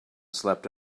slept